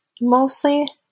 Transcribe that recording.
mostly